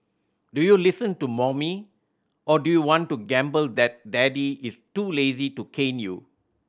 do you listen to mommy or do you want to gamble that daddy is too lazy to cane you